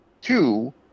two